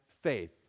faith